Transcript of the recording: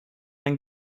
ein